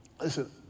listen